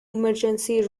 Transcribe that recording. emergency